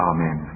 Amen